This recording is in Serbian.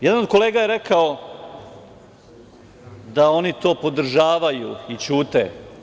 Jedan od kolega je rekao da oni to podržavaju i ćute.